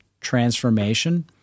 transformation